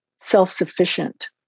self-sufficient